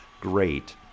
great